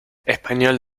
español